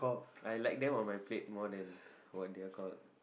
I like them on my plate more than what their called